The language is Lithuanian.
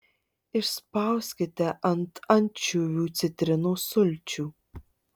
išspauskite ant ančiuvių citrinos sulčių